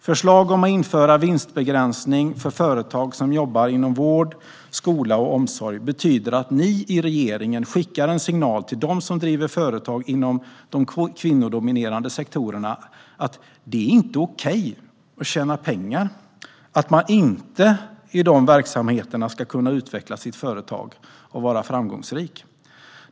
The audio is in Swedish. Förslag om att införa vinstbegränsning för företag som verkar inom vård, skola och omsorg betyder att ni i regeringen skickar en signal till dem som driver företag inom de kvinnodominerade sektorerna att det inte är okej att tjäna pengar och att man inte i de verksamheterna ska kunna utveckla sitt företag och vara framgångsrik.